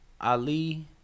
Ali